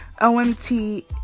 OMT